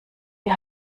die